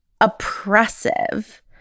oppressive